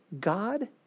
God